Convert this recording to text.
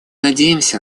надеемся